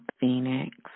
Phoenix